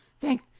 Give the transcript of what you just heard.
thank